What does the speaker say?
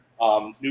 New